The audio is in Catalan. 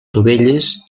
dovelles